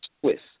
twist